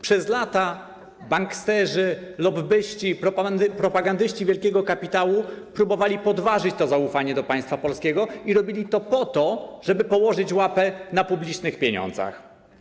Przez lata banksterzy, lobbyści, propagandyści wielkiego kapitału próbowali podważyć to zaufanie do państwa polskiego i robili to po to, żeby położyć łapę na publicznych pieniądzach.